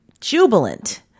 jubilant